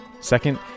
Second